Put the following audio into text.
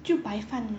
就白饭